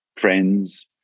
friends